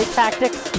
tactics